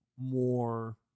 more